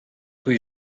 rue